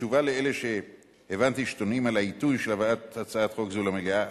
כתשובה לאלה שהבנתי שתוהים על העיתוי של הבאת הצעת חוק זו למליאה,